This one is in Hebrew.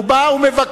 הוא בא ומבקש.